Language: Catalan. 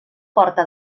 porta